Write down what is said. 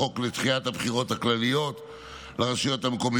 לדחיית הבחירות הכלליות לרשויות המקומיות.